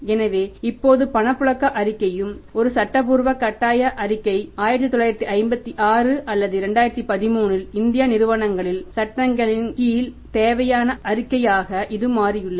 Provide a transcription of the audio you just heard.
எனவே இப்போது பணப்புழக்க அறிக்கையும் ஒரு சட்டப்பூர்வ கட்டாய அறிக்கை 1956 அல்லது 2013 இல் இந்திய நிறுவனங்களின் சட்டங்களின் கீழ் தேவையான அறிக்கையாக இது மாறியுள்ளது